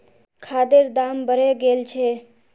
खादेर दाम बढ़े गेल छे